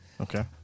Okay